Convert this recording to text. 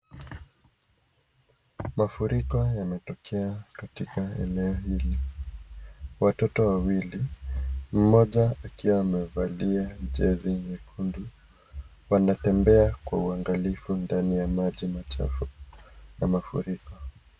Mafuriko yametokea katika eneo hili watoto wawili mmoja akiwa amevalia jezi nyekundu wanatembea kwa uangalifu ndani ya maji machafu ya mafuriko.